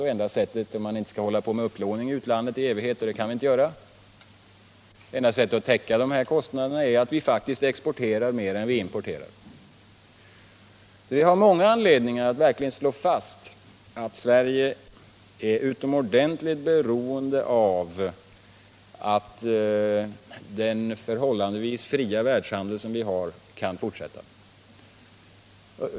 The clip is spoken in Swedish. Om vi inte skall fortsätta med upplåning utomlands i evighet, och det kan vi inte göra, är enda sättet att täcka kostnaderna faktiskt att exportera mer än vi importerar. Vi har många anledningar att verkligen slå fast att Sverige är i utomordentligt hög grad beroende av att den förhållandevis fria världshandeln som vi har kan fortsätta.